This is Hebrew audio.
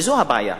וזאת הבעיה.